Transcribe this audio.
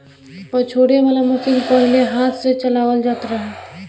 पछोरे वाला मशीन पहिले हाथ से चलावल जात रहे